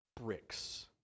bricks